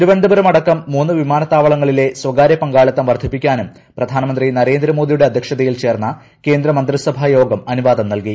തിരുവന്തപുരം അടക്കം മൂന്ന് വിമാനത്താവളങ്ങളിലെ സ്വകാര്യ പങ്കാളിത്തം വർധിപ്പിക്കാനും പ്രധാനമന്ത്രി നരേന്ദ്രമോദിയുടെ അധ്യക്ഷതയിൽ ചേർന്ന കേന്ദ്ര മന്ത്രിസഭാ യോഗം അനുവാദം നൽകി